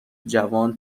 جوان